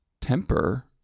temper